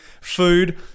food